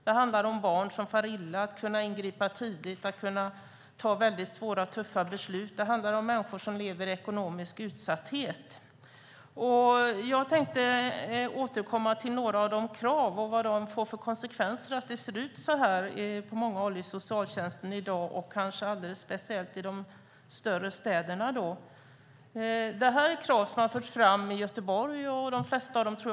Det handlar om barn som far illa och om att kunna ingripa tidigt och ta svåra och tuffa beslut. Det handlar om människor som lever i ekonomisk utsatthet. Jag tänkte återkomma till några av kraven och konsekvenserna av att det ser ut på detta sätt på många håll inom socialtjänsten i dag och kanske alldeles speciellt i de större städerna. Detta är krav som har förts fram i Göteborg och de flesta även i Malmö.